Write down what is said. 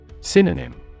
Synonym